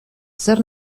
zer